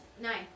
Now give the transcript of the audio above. nine